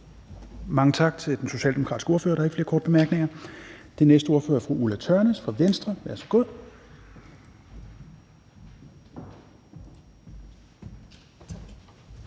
Mange tak til den socialdemokratiske ordfører. Der er ikke flere korte bemærkninger. Den næste ordfører er fru Ulla Tørnæs fra Venstre. Værsgo.